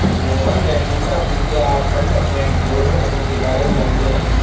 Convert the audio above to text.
मोहन ने पूछा कि क्या आप फ्रंट एंड लोडर मशीन के बारे में जानते हैं?